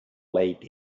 late